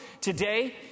today